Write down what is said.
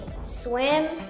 swim